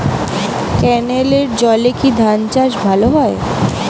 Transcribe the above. ক্যেনেলের জলে কি ধানচাষ ভালো হয়?